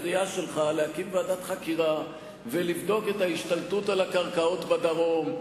לקריאה שלך להקים ועדת חקירה ולבדוק את ההשתלטות על הקרקעות בדרום,